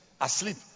asleep